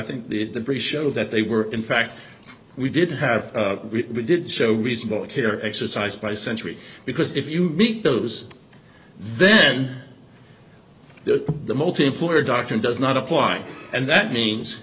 think that the british show that they were in fact we did have we did show reasonable care exercised by century because if you meet those then the multi employer doctrine does not apply and that means